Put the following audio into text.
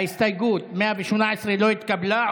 הסתייגות 118 לא התקבלה.